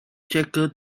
checker